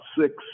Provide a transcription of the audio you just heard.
six